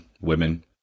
women